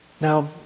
Now